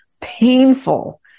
painful